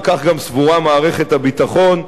וכך גם סבורה מערכת הביטחון,